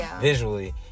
visually